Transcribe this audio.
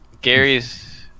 Gary's